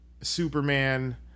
Superman